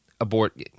abort